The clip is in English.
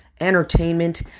entertainment